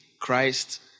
Christ